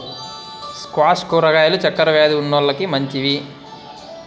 squash కూరగాయలు చక్కర వ్యాది ఉన్నోలకి మంచివి